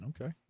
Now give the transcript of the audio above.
Okay